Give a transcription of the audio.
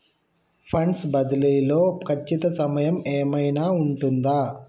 Funds బదిలీ లో ఖచ్చిత సమయం ఏమైనా ఉంటుందా?